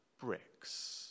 bricks